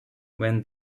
when